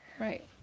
Right